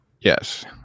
Yes